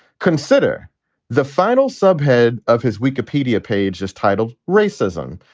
consider the final subhead of his wikipedia page is titled racism,